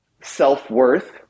self-worth